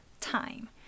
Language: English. time